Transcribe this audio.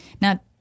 Now